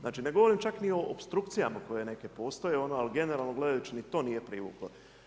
Znači, ne govorim čak ni o opstrukcijama koje neke postoje ono, ali generalno gledajući ni to nije privuklo.